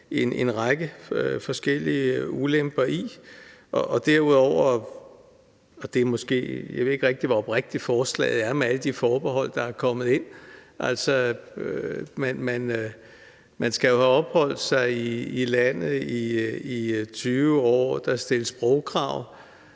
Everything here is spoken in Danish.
en række forskellige ulemper ved. Jeg ved ikke rigtig, hvor oprigtigt forslaget er med alle de forbehold, der er kommet ind. Man skal jo have opholdt sig i landet i 20 år. Der stilles sprogkrav.